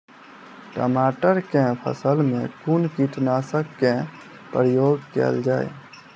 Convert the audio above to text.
टमाटर केँ फसल मे कुन कीटनासक केँ प्रयोग कैल जाय?